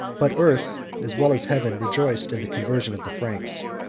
but earth, as well as heaven, rejoiced in the conversion of the franks.